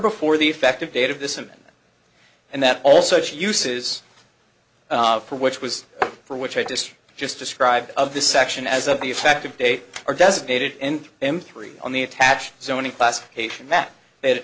before the effective date of this event and that also she uses for which was for which i just just described of the section as of the effective date or designated end and three on the attached zoning classification that they had a